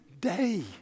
day